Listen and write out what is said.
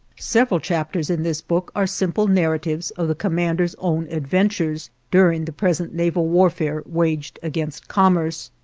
several chapters in this book are simple narratives of the commander's own adventures during the present naval warfare waged against commerce.